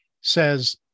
says